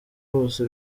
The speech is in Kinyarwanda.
bose